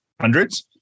hundreds